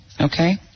okay